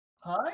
hi